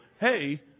Hey